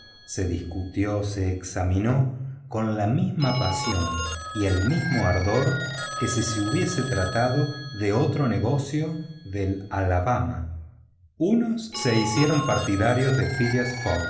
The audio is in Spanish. se discutió se examinó con la misma pasión y el mismo ardor que si se hubiese tratado de otro negocio del alabama unos se hicieron partidarios de phileas